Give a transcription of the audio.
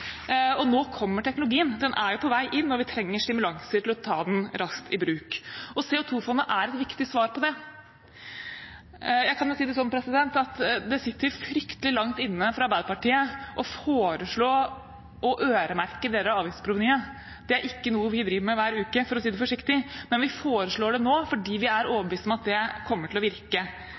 privatbilismen. Nå kommer teknologien, den er på vei inn, og vi trenger stimulans til å ta den raskt i bruk. CO 2- fondet er et viktig svar på det. Jeg kan si det sånn at det sitter fryktelig langt inne for Arbeiderpartiet å foreslå å øremerke deler av avgiftsprovenyet. Det er ikke noe vi driver med hver uke, for å si det forsiktig. Men vi foreslår det nå, fordi vi er overbevist om at det kommer til å virke.